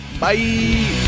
Bye